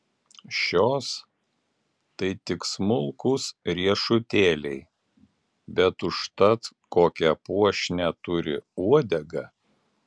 šios tai tik smulkūs riešutėliai bet užtat kokią puošnią turi uodegą